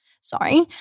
Sorry